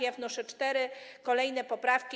Ja wnoszę cztery kolejne poprawki.